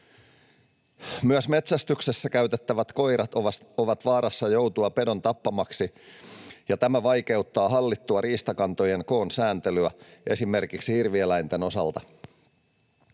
Myös metsästyksessä käytettävät koirat ovat vaarassa joutua pedon tappamaksi, ja tämä vaikeuttaa hallittua riistakantojen koon sääntelyä esimerkiksi hirvi-eläinten osalta.